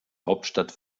hauptstadt